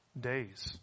days